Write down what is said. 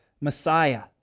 Messiah